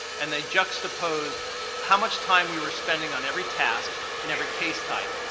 and they juxtaposed how much time we were spending on every task and every case type,